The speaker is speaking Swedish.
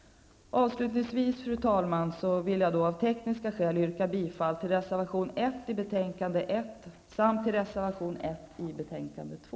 Avslutningsvis, fru talman, vill jag av tekniska skäl yrka bifall till reservation 1 i betänkande 1 samt till reservation 1 i betänkande 2.